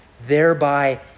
thereby